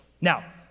Now